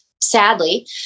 sadly